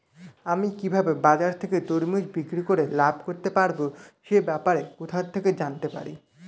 আমি কিভাবে বাজার থেকে তরমুজ বিক্রি করে লাভ করতে পারব সে ব্যাপারে কোথা থেকে জানতে পারি?